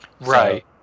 right